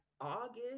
August